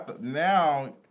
now